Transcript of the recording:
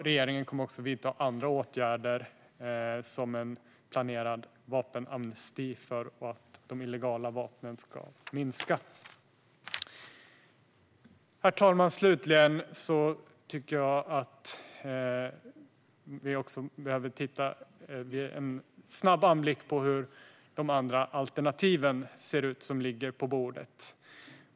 Regeringen kommer också att vidta andra åtgärder, till exempel en vapenamnesti, för att antalet illegala vapen ska minska. Herr talman! Jag tycker att vi behöver ta en snabb titt på hur de andra alternativ som ligger på bordet ser ut.